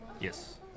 Yes